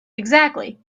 exactly